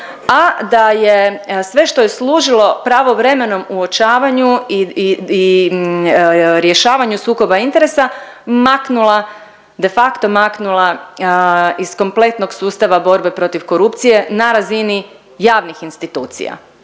a da je sve što je služilo pravovremenom uočavanju i rješavanju sukoba interesa, maknula, de facto maknula iz kompletnog sustava borbe protiv korupcije na razini javnih institucija.